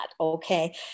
okay